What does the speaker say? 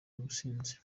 n’ubusinzi